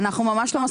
אנחנו ממש לא מסכימים.